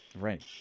Right